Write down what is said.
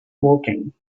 woking